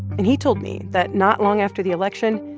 and he told me that not long after the election,